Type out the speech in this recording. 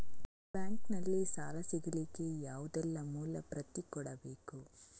Bank ನಲ್ಲಿ ಸಾಲ ಸಿಗಲಿಕ್ಕೆ ಯಾವುದೆಲ್ಲ ಮೂಲ ಪ್ರತಿ ಕೊಡಬೇಕು?